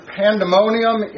pandemonium